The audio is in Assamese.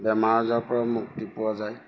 বেমাৰ আজাৰ পৰা মুক্তি পোৱা যায়